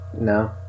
No